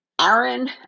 Aaron